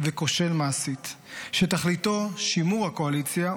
וכושל מעשית שתכליתו שימור הקואליציה,